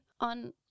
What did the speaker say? on